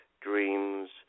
dreams